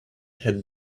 had